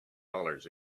dollars